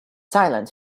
silent